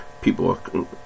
people